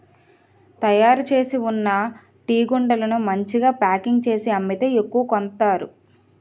తయారుచేసి ఉన్న టీగుండను మంచిగా ప్యాకింగ్ చేసి అమ్మితే ఎక్కువ కొంతారు